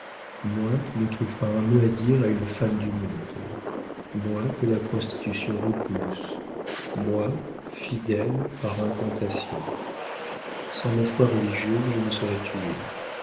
moi qui ne trouve pas un mot à dire à une femme du monde moi que la prostitution repousse moi fidèle par incantation sans ma foi religieuse je me serais tué